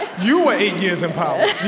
you were eight years in power.